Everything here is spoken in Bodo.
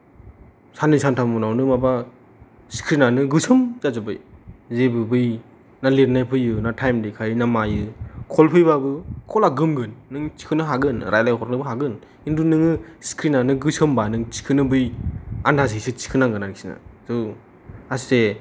साननै सानथाम उनावनो माबा सिक्रिनानो गोसोम जाजोब्बाय जेबो बै ना लिरनाय फैयो ना टायम देखायो ना मायो कल फैबाबो कला गोमगोन नों थिखोनो हागोन रायलायहरनोबो हागोन खिन्थु नोङो सिक्रिनानो गोसोमबा नों थिखोनो बै आन्दासैसो थिखोनांगोन आरोखिना थ' आसथे